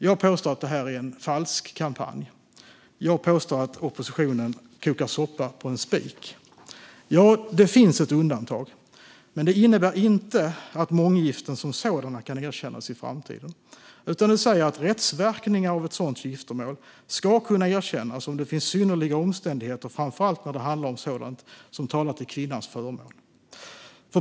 Jag påstår att det är en falsk kampanj, och jag påstår att oppositionen kokar soppa på en spik. Ja, det finns ett undantag, men det innebär inte att månggiften som sådana kan erkännas i framtiden, utan det säger att rättsverkningar av ett sådant giftermål ska kunna erkännas om det finns synnerliga omständigheter, framför allt när det handlar om sådant som talar till kvinnans fördel.